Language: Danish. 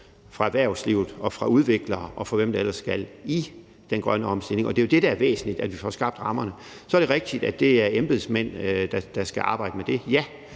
fra erhvervslivets side, udviklere, og hvem der ellers skal gøre det, i den grønne omstilling. Og det er jo det, der er væsentligt – at vi får skabt rammerne. Så er det rigtigt, at det er embedsmænd, der skal arbejde med det. Ja,